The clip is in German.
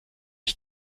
ich